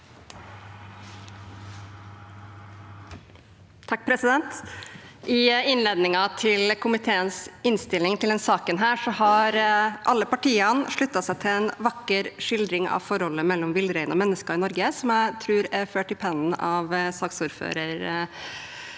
I innledningen til komiteens innstilling til saken har alle partiene sluttet seg til en vakker skildring av forholdet mellom villrein og mennesker i Norge, som jeg tror er ført i pennen av saksordføreren: